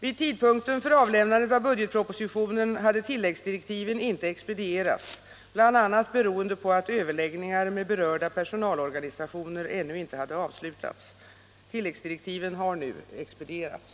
Vid tidpunkten för avlämnandet av budgetpropositionen hade tilläggsdirektiven inte expedierats bl.a. beroende på att överläggningar med berörda personalorganisationer ännu inte hade avslutats. Tilläggsdirektiven har nu expedierats.